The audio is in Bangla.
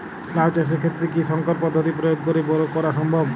লাও চাষের ক্ষেত্রে কি সংকর পদ্ধতি প্রয়োগ করে বরো করা সম্ভব?